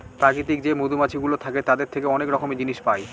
প্রাকৃতিক যে মধুমাছিগুলো থাকে তাদের থেকে অনেক রকমের জিনিস পায়